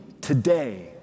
today